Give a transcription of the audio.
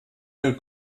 der